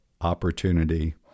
opportunity